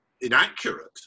inaccurate